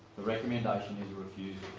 recommendation is a refusal.